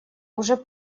уже